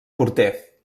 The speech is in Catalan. porter